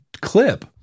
clip